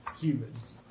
humans